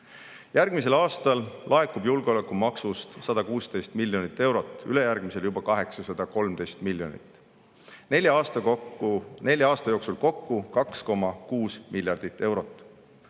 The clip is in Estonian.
Järgmisel aastal laekub julgeolekumaksust 116 miljonit eurot, ülejärgmisel juba 813 miljonit, nelja aasta jooksul kokku 2,6 miljardit